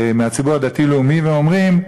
מהציבור הדתי-לאומי, ואומרים: